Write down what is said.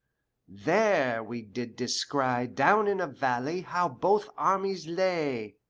there we did descry down in a valley how both armies lay.